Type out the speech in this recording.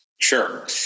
Sure